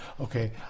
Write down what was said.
Okay